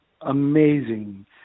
amazing